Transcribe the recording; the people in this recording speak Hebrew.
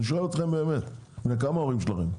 אני באמת שואל אתכם, בני כמה ההורים שלכם?